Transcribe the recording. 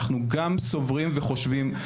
אנחנו גם סוברים וחושבים,